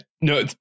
No